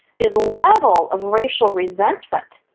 the the level of racial resentment,